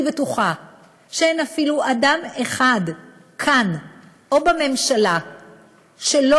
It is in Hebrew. אני בטוחה שאין אפילו אדם אחד כאן או בממשלה שלא